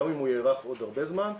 גם אם הוא יארך עוד הרבה זמן,